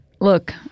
look